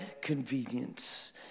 convenience